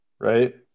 right